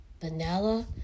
Vanilla